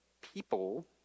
people